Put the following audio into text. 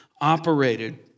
operated